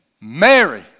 Mary